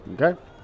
Okay